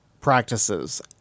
practices